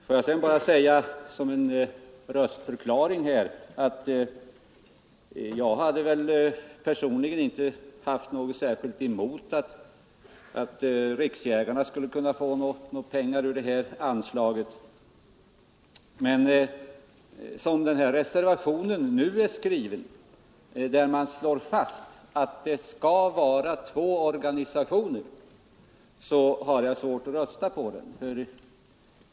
Låt mig sedan bara säga som en röstförklaring att jag väl personligen inte haft något särskilt emot att Jägarnas riksförbund skulle få pengar ur jaktvårdsfonden, men som reservationen nu är skriven — det slås fast att det skall vara två organisationer — har jag svårt att rösta på den.